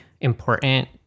important